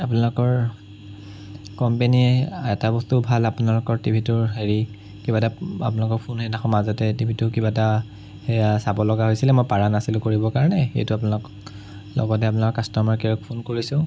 আপোনালোকৰ কম্পেনীৰ এটা বস্তু ভাল আপোনালোকৰ টিভিটোৰ হেৰি কিবা এটা আপোনালোকৰ ফোন মাজতে টিভিটো কিবা এটা সেয়া চাব লগা হৈছিলে মই পাৰা নাছিলোঁ কৰিবৰ কাৰণে সেইটো আপোনালোকৰ লগতে আপোনালোকৰ কাষ্টমাৰ কেয়াৰক ফোন কৰিছোঁ